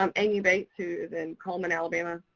um amy bates, who is in cullman, alabama.